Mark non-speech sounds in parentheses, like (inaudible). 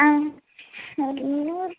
ஆ (unintelligible)